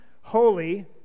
holy